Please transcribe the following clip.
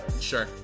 sure